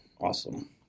awesome